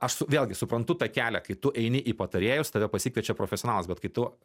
aš vėlgi suprantu tą kelią kai tu eini į patarėjus tave pasikviečia profesionalas bet kai tu